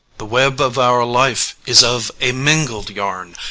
the web of our life is of a mingled yarn,